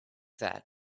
that